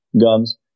gums